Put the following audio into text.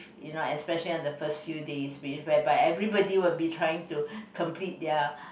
you know especially on the first few days which whereby everybody will be trying to complete their